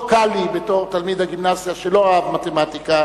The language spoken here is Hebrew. לא קל לי, בתור תלמיד הגימנסיה שלא אהב מתמטיקה,